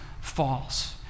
false